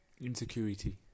insecurity